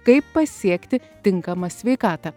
kaip pasiekti tinkamą sveikatą